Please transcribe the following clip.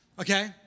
okay